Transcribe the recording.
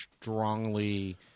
strongly